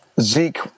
Zeke